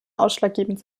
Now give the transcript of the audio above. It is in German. ausschlaggebend